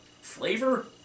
flavor